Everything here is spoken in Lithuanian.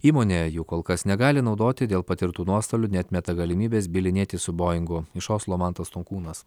įmonė jų kol kas negali naudoti dėl patirtų nuostolių neatmeta galimybės bylinėtis su boingu iš oslo mantas tomkūnas